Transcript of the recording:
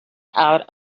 out